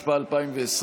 התשפ"א 2020,